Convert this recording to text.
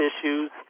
issues